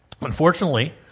Unfortunately